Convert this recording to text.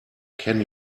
can